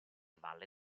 valle